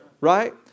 Right